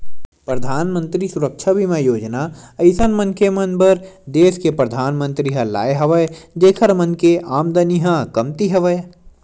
परधानमंतरी सुरक्छा बीमा योजना अइसन मनखे मन बर देस के परधानमंतरी ह लाय हवय जेखर मन के आमदानी ह कमती हवय